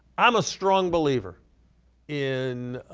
i'm a strong believer in